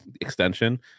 extension